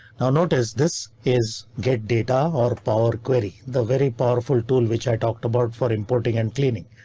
now notice this is get data or power query, the very powerful tool which i talked about for importing and cleaning.